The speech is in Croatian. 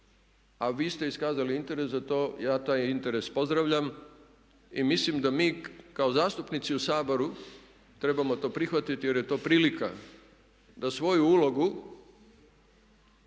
a vi ste iskazali interes za to, ja taj interes pozdravljam. I mislim da mi kao zastupnici u Saboru trebamo to prihvatiti jer je to prilika da svoju ulogu